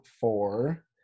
four